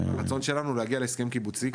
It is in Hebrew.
הרצון שלנו להגיע להסכם קיבוצי,